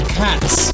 cats